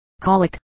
Colic